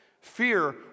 Fear